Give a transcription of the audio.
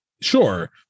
Sure